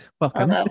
Welcome